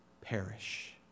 perish